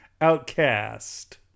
Outcast